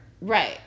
right